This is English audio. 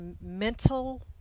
mental